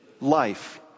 life